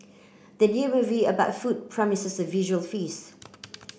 the new movie about food promises a visual feast